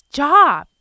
job